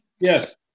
Yes